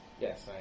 Yes